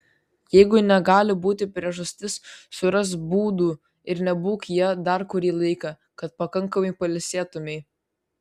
jeigu negali būti priežastis surask būdų ir nebūk ja dar kurį laiką kad pakankamai pailsėtumei